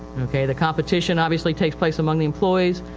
okay. the competition obviously takes place among the employees,